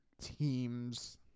teams